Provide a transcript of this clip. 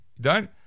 done